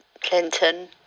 Clinton